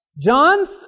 John